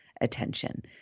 attention